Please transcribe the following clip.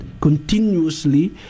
continuously